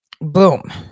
boom